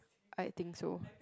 I think so